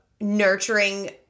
nurturing